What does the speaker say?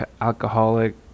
alcoholic